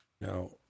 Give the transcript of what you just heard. Now